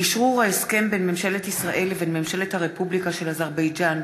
אשרור ההסכם בין ממשלת ישראל לבין הרפובליקה של אזרבייג'ן